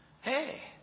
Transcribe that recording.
hey